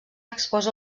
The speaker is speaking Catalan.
exposa